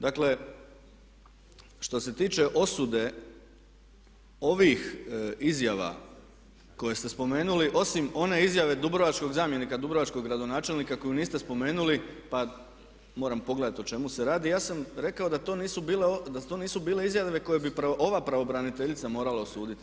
Dakle, što se tiče osude ovih izjava koje ste spomenuli osim one izjave dubrovačkog zamjenika, dubrovačkog gradonačelnika koju niste spomenuli pa moram pogledati o čemu se radi, ja sam rekao da to nisu bile izjave koje bi ova pravobraniteljica morala osuditi.